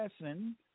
lesson